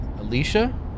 Alicia